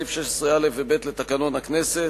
שלישית וייכנס לספר החוקים של מדינת ישראל.